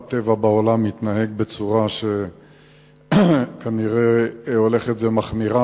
הטבע בעולם מתנהג בצורה שכנראה הולכת ומחמירה,